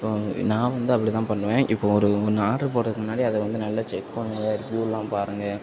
இப்போ வந்து நான் வந்து அப்டி தான் பண்ணுவேன் இப்போ ஒரு ஒன்று ஆட்ரு போடறதுக்கு முன்னாடி அது வந்து நல்லா செக் பண்ணுங்கள் ரிவியூலாம் பாருங்கள்